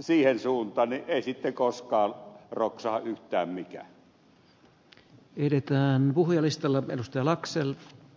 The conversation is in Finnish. siihen suuntaan niin ei sitten koskaan roksahda yhtään mikään